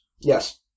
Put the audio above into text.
Yes